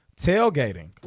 tailgating